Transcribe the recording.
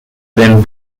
then